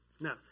Now